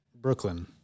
Brooklyn